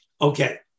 Okay